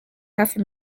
hafi